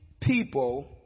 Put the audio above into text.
people